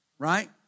right